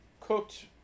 cooked